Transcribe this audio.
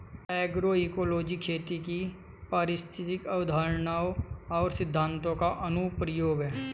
agroecology खेती में पारिस्थितिक अवधारणाओं और सिद्धांतों का अनुप्रयोग है